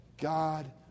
God